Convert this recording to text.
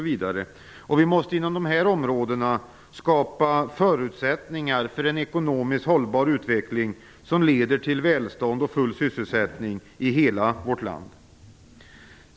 Vi måste inom dessa områden skapa förutsättningar för en ekonomiskt hållbar utveckling som leder till välstånd och full sysselsättning i hela vårt land.